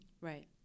Right